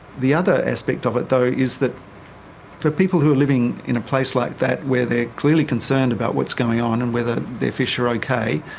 the other aspect of it though is that for people who are living in a place like that where they're clearly concerned about what's going on and whether their fish are okay,